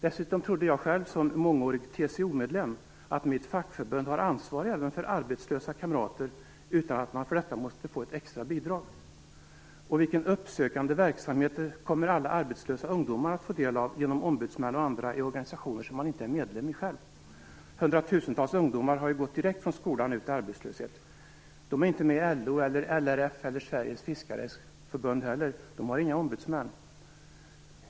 Dessutom trodde jag som mångårig TCO-medlem att mitt fackförbund har ansvar även för arbetslösa kamrater utan att man för detta måste få ett extra bidrag. Och vilken uppsökande verksamhet kommer alla arbetslösa ungdomar att få del av genom ombudsmän och andra i organisationer som de inte själva är medlemmar i? Hundratusentals ungdomar har ju gått direkt från skolan ut i arbetslöshet. De är inte med i LO, LRF eller Sveriges fiskares riksförbund. De har inga ombudsmän.